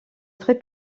très